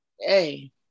Hey